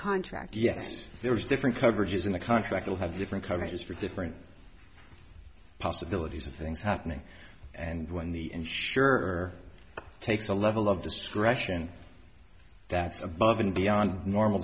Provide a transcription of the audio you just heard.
contract yes there's different coverages in the contract will have different coverages for different possibilities of things happening and when the insurer takes a level of discretion that's above and beyond the normal